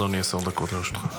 בבקשה, אדוני, עשר דקות לרשותך.